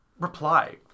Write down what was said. reply